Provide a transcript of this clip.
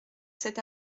cet